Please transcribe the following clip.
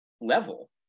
level